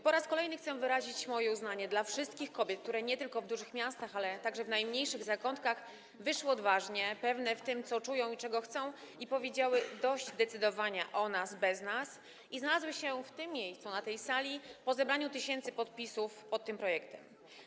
Po raz kolejny chcę wyrazić moje uznanie dla wszystkich kobiet, które nie tylko w dużych miastach, ale także w najmniejszych zakątkach wyszły odważnie, pewne tego, co czują i czego chcą, i powiedziały: dość decydowania o nas bez nas, i znalazły się w tym miejscu, na tej sali, po zebraniu tysięcy podpisów pod tym projektem.